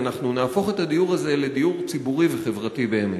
אנחנו נהפוך את הדיור הזה לדיור ציבורי וחברתי באמת.